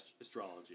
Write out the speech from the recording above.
astrology